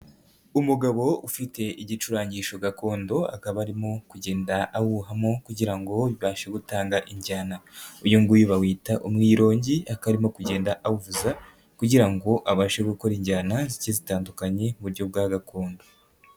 Umugabo ufite igicurangisho gakondo akaba arimo kugenda ahuhamo kugira ngo bibashe gutanga injyana, uyu nguyu bawita umwirongi akaba arimo kugenda awuvuza kugira ngo abashe gukora injyana zigiye zitandukanye mu buryo bwa gakondo.